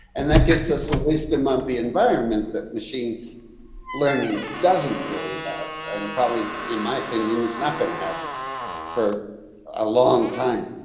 and that gives us a wisdom of the environment that machine learning doesn't really have an probably, in my opinion is not going to have for a long time.